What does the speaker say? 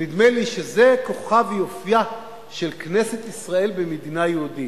נדמה לי שזה כוחה ויופיה של כנסת ישראל במדינה יהודית: